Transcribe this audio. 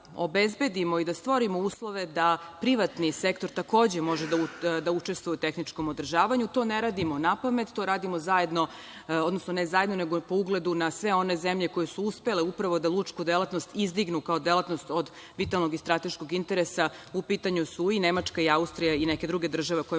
i stvorimo uslove da privatni sektor takođe može da učestvuje u tehničkom održavanju. To ne radimo napamet, to radimo zajedno, odnosno ne zajedno, nego po ugledu na sve one zemlje koje su uspele upravo da lučku delatnost izdignu kao delatnost od vitalnog i strateškog interesa. U pitanju su i Nemačka i Austrija i neke druge države o